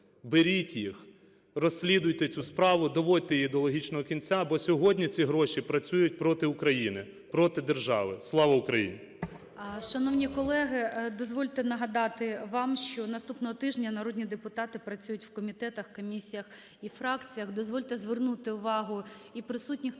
беріть їх, розслідуйте цю справу, доводьте її до логічного кінця, бо сьогодні ці гроші працюють проти України, проти держави. Слава Україні! 14:02:23 ГОЛОВУЮЧИЙ. Шановні колеги, дозвольте нагадати вам, що наступного тижня народні депутати працюють у комітетах, комісіях і фракціях. Дозвольте звернути увагу і присутніх